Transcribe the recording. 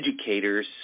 educators